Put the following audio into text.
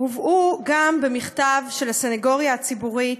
הובאו גם במכתב של הסנגוריה הציבורית,